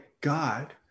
God